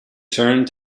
turned